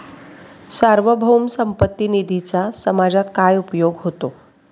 सार्वभौम संपत्ती निधीचा समाजात काय उपयोग होतो?